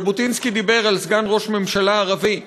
ז'בוטינסקי דיבר על סגן ראש ממשלה ערבי,